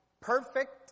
perfect